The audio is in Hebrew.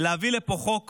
להביא לפה חוק